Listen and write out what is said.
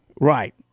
Right